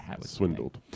Swindled